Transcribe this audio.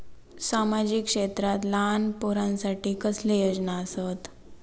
सामाजिक क्षेत्रांत लहान पोरानसाठी कसले योजना आसत?